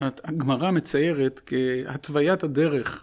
‫הגמרה מציירת כהתוויית הדרך.